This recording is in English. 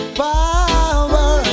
power